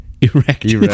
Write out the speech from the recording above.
erect